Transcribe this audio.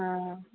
हा